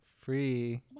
free